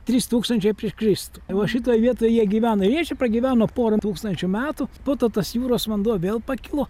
trys tūkstančiai prieš kristų va šitoj vietoj jie gyveno ir jie čia pragyveno pora tūkstančių metų po to tas jūros vanduo vėl pakilo